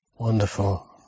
Wonderful